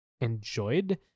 enjoyed